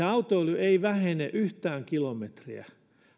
autoilu ei vähene yhtään kilometriä